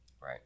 Right